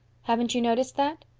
haven't you noticed that?